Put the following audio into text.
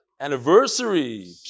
anniversary